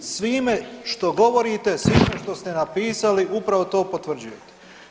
Svime što govorite, svime što ste napisali upravo to potvrđujete.